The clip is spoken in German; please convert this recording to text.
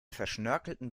verschnörkelten